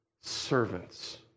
servants